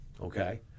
okay